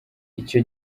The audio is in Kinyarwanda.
icyo